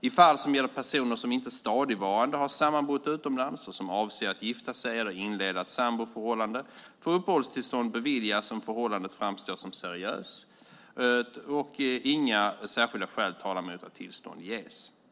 I fall som gäller personer som inte stadigvarande har sammanbott utomlands och som avser att gifta sig eller inleda ett samboförhållande får uppehållstillstånd beviljas om förhållandet framstår som seriöst och inga särskilda skäl talar mot att tillstånd ges.